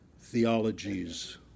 theologies